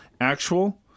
Actual